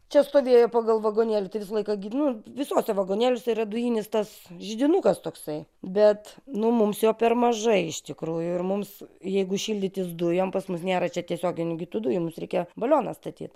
čia stovėjo pagal vagonėlį tai visą laiką gi nu visuose vagonėliuose yra dujinis tas židinukas toksai bet nu mums jo per mažai iš tikrųjų ir mums jeigu šildytis dujom pas mus nėra čia tiesioginių gi tų dujų mus reikia balioną statyt